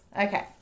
okay